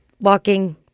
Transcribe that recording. walking